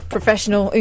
Professional